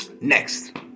next